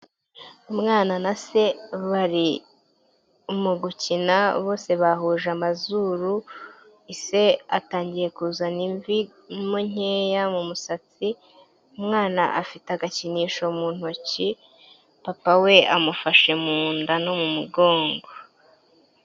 Umwana na se bari mu gukina bose bahuje amazuru ise atangiye kuzana imvi nkeya mu musatsi umwana afite agakinisho mu ntoki papa we amufashe mu nda no mu mugongo.